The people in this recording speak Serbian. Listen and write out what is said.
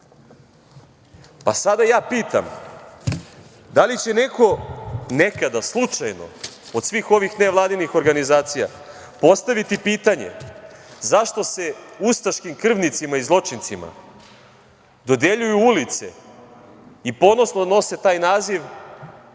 Sada ja pitam da li će neko nekada slučajno od svih ovih nevladinih organizacija postaviti pitanje zašto se ustaškim krvnicima i zločincima dodeljuju ulice i ponosno nose taj naziv